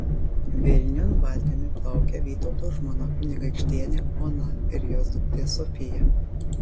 vilniun valtimi plaukia vytauto žmona kunigaikštienė ona ir jos duktė sofija